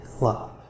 love